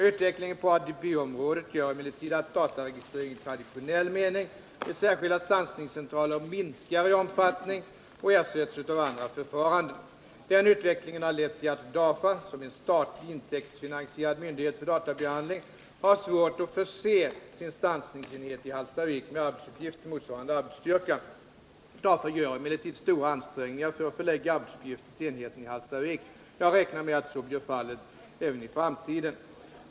Utvecklingen på ADB-området gör emellertid att Tisdagen den dataregistrering i traditionell mening vid särskilda stansningscentraler 13 november 1979 minskar i omfattning och ersätts av andra förfaranden. Denna utveckling har lett till att DAFA, som är en statlig intäktsfinansierad myndighet för databehandling, har svårt att förse sin stansningsenhet i Hallstavik med arbetsuppgifter motsvarande arbetsstyrkan. DAFA gör emellertid stora ansträngningar för att förlägga arbetsuppgifter till enheten i Hallstavik. Jag räknar med att så blir fallet även i framtiden.